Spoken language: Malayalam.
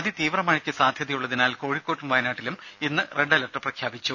അതിതീവ്ര മഴയ്ക്ക് സാധ്യതയുള്ളതിനാൽ കോഴിക്കോട്ടും വയനാട്ടിലും ഇന്ന് റെഡ് അലർട്ട് പ്രഖ്യാപിച്ചു